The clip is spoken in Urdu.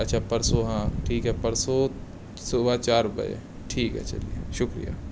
اچھا پرسوں ہاں ٹھیک ہے پرسوں صبح چار بجے ٹھیک ہے چلیے شکریہ